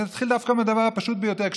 אני אתחיל דווקא מהדבר הפשוט ביותר.